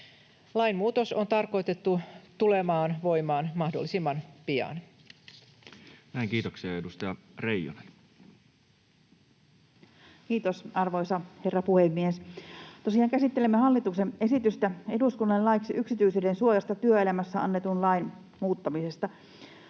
Lainmuutos on tarkoitettu tulemaan voimaan mahdollisimman pian. Näin. Kiitoksia. — Edustaja Reijonen. Kiitos, arvoisa herra puhemies! Tosiaan käsittelemme hallituksen esitystä eduskunnalle laiksi yksityisyyden suojasta työelämässä annetun lain muuttamisesta.